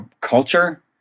culture